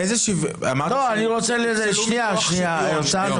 אמרת שהם יפסלו מכוח שוויון.